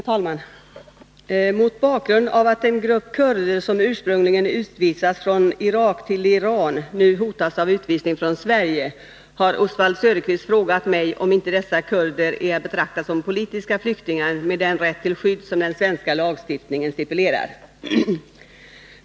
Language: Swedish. Herr talman! Mot bakgrund av att en grupp kurder som ursprungligen utvisats från Irak till Iran nu hotas av utvisning från Sverige har Oswald Söderqvist frågat mig om inte dessa kurder är att betrakta som politiska flyktingar med den rätt till skydd som den svenska lagstiftningen stipulerar.